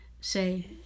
say